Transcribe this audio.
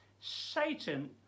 Satan